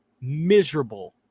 miserable